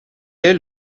est